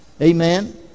Amen